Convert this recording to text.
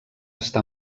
està